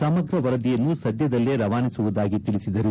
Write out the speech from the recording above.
ಸಮಗ್ರ ವರದಿಯನ್ನು ಸಧ್ಯದಲ್ಲೇ ರವಾನಿಸುವುದಾಗಿ ತಿಳಿಸಿದರು